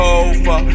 over